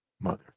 Mother